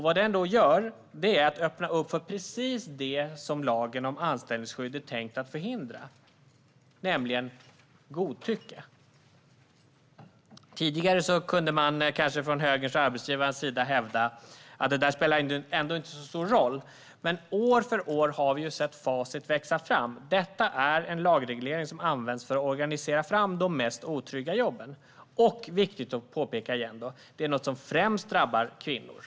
Vad detta gör är att öppna upp för precis det lagen om anställningsskydd är tänkt att förhindra, nämligen godtycke. Tidigare kunde man kanske från högerns och arbetsgivarnas sida hävda att det där ändå inte spelade så stor roll, men år för år har vi ju sett facit växa fram: Detta är en lagreglering som används för att organisera fram de mest otrygga jobben. Viktigt att påpeka igen är att detta är något som främst drabbar kvinnor.